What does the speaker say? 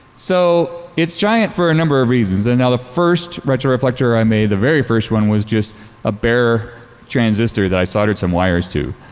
so it's giant for a number of reasons. and the first retroreflector i made, i very first one, was just a bare transistor that i soldiered some wires to.